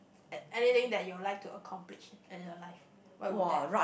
at anything that you like to accomplish in your life what would that